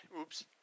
oops